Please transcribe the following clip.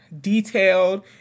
detailed